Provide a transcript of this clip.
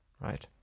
right